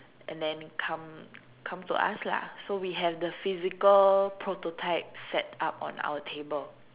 and then come come to us lah so we have the physical prototypes set up on our table